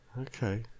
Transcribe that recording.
Okay